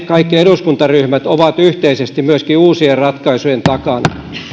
kaikki eduskuntaryhmät ovat yhteisesti myöskin uusien ratkaisujen takana